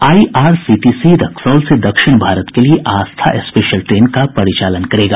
IRCTC Raxaul से दक्षिण भारत के लिए आस्था स्पेशल ट्रेन का परिचालन करेगा